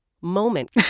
Moment